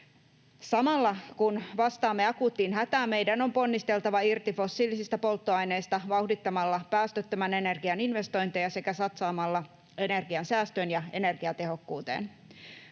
Samalla, kun vastaamme akuuttiin hätään, meidän on ponnisteltava irti fossiilisista polttoaineista vauhdittamalla päästöttömän energian investointeja sekä satsaamalla energiansäästöön ja energiatehokkuuteen.